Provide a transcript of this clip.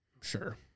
Sure